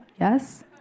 Yes